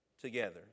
together